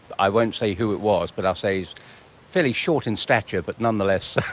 i won't say who it was, but i'll say he's fairly short in stature, but nonetheless